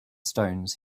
stones